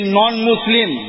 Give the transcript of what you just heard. non-Muslim